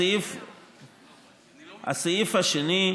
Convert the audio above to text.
סעיף 2: